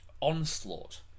Onslaught